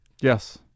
Yes